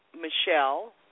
Michelle